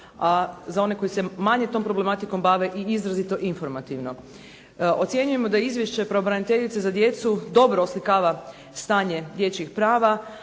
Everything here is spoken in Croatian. a za one koji se manje tom problematikom bave i izrazito informativno. Ocjenjujemo da izvješće pravobraniteljice za djecu dobro oslikava stanje dječjih prava